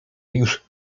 już